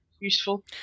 useful